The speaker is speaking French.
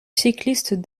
cycliste